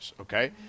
okay